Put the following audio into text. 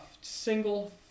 single